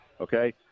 okay